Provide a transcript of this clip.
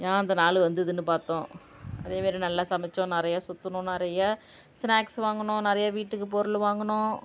ஏன் அந்த நாள் வந்ததுன்னு பார்த்தோம் அதே மாரி நல்ல சமைச்சோம் நிறையா சுற்றுனோம் நிறைய ஸ்னாக்ஸ் வாங்கினோம் நிறைய வீட்டுக்கு பொருள் வாங்கினோம்